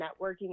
networking